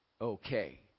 okay